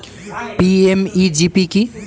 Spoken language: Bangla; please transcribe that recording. পি.এম.ই.জি.পি কি?